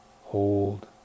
hold